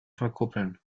verkuppeln